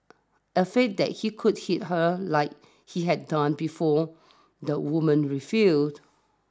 afraid that he could hit her like he had done before the woman refused